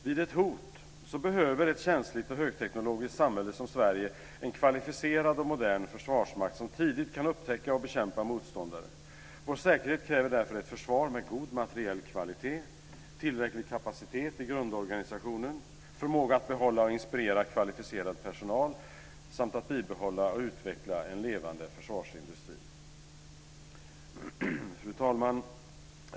Vid ett hot behöver ett känsligt och högteknologiskt samhälle som Sverige en kvalificerad och modern försvarsmakt, som tidigt kan upptäcka och bekämpa motståndare. Vår säkerhet kräver därför ett försvar med god materiell kvalitet, tillräcklig kapacitet i grundorganisationen, förmåga att behålla och inspirera kvalificerad personal samt att bibehålla och utveckla en levande försvarsindustri. Fru talman!